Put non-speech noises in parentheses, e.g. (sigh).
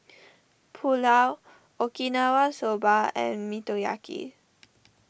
Pulao Okinawa Soba and Motoyaki (noise)